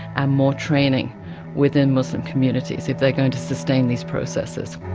and more training within muslim communities if they're going to sustain these processes.